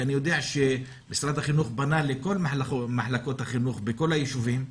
אני יודע שמשרד החינוך פנה לכל מחלקות החינוך בכל היישובים,